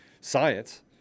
science